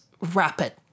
rapid